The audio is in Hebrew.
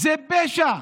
זה פשע,